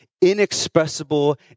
Inexpressible